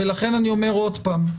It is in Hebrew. ולכן אני אומר עוד פעם,